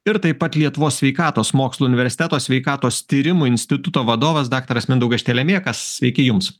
ir taip pat lietuvos sveikatos mokslų universiteto sveikatos tyrimų instituto vadovas daktaras mindaugas štelemėkas sveiki jums